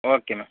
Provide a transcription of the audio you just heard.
okay ma'am